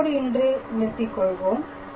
இதோடு இன்று நிறுத்திக் கொள்வோம்